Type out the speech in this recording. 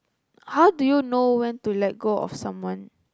how do you know when to let go of someone